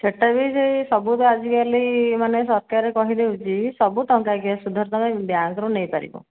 ସେଟା ବି ସେଇ ସବୁ ତ ଆଜିକାଲି ମାନେ ସରକାର କହି ଦେଉଛି ଯେ ସବୁ ଟଙ୍କାକିଆ ସୁଧ ତମେ ବ୍ୟାଙ୍କରୁ ନେଇପାରିବ